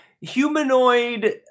humanoid